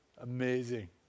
Amazing